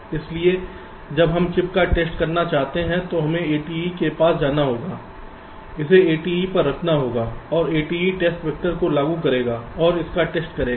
इसलिए जब हम चिप का टेस्ट करना चाहते हैं तो हमें ATE के पास जाना होगा इसे ATE पर रखना होगा और ATE टेस्ट वैक्टर को लागू करेगा और इसका टेस्ट करेगा